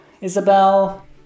Isabel